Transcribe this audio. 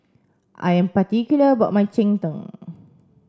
I am particular about my Cheng Tng